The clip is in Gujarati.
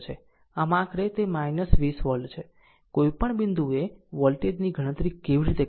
આમ આખરે તે 20 વોલ્ટ છે કોઈપણ બિંદુએ વોલ્ટેજ ની ગણતરી કેવી રીતે કરવી